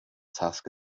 task